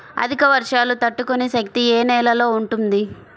అధిక వర్షాలు తట్టుకునే శక్తి ఏ నేలలో ఉంటుంది?